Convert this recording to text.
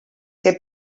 que